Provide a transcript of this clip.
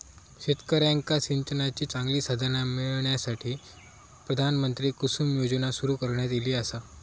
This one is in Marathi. शेतकऱ्यांका सिंचनाची चांगली साधना मिळण्यासाठी, प्रधानमंत्री कुसुम योजना सुरू करण्यात ईली आसा